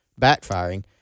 backfiring